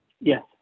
yes